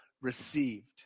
received